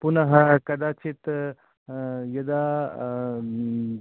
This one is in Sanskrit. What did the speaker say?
पुनः कदाचित् यदा